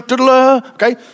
Okay